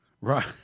Right